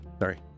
sorry